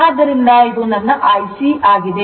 ಆದ್ದರಿಂದ ಇದು ನನ್ನ IC ಆಗಿದೆ